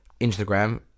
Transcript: Instagram